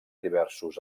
diversos